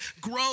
grow